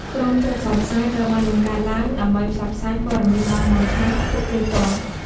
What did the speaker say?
ក្រុមចុះផ្សព្វផ្សាយ ត្រូវបានបង្កើតឡើងដើម្បីផ្សព្វផ្សាយព័ត៌មានដល់មូលដ្ឋានពួកគេផ្ទាល់។